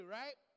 right